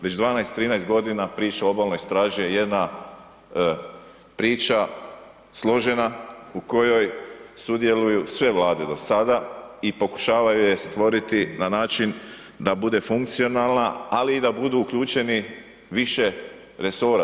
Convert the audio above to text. Već 12, 13 godina priču o Obalnoj straži je jedna priča, složena u kojoj sudjeluju sve Vlade do sada i pokušavaju je stvoriti na način da bude funkcionalna, ali i da budu uključeni više resora.